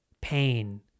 pain